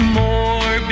more